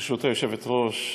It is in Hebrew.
ברשות היושבת-ראש,